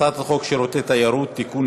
הצעת חוק שירותי תיירות (תיקון,